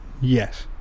Yes